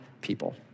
people